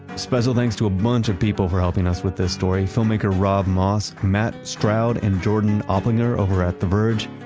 special thanks to a bunch of people for helping us with this story filmmaker robb moss, matt stroud, and jordan oplinger over at theverge,